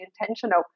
intentional